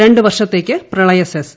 രണ്ടുവർഷത്തേയ്ക്ക് പ്രളയ സെസ്